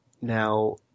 now